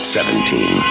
Seventeen